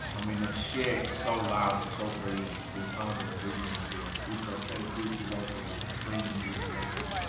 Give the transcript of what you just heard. i mean the shirt's so loud, it's so brilliant. we found an original shirt. he's got a pair of gucci loafers on, cream gucci loafers.